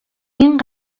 این